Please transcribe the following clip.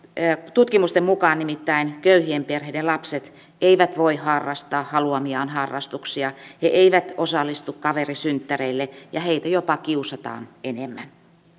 tutkimusten mukaan nimittäin köyhien perheiden lapset eivät voi harrastaa haluamiaan harrastuksia he eivät osallistu kaverisynttäreille ja heitä jopa kiusataan enemmän